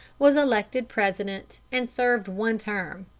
was elected president, and served one term.